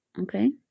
Okay